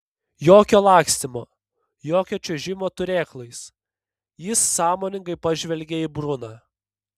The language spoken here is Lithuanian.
jokio lakstymo jokio čiuožimo turėklais jis sąmoningai pažvelgė į bruną